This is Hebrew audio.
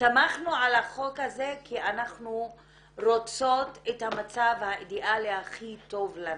שמחנו על החוק הזה כי אנחנו רוצות את המצב האידאלי הכי טוב לנשים.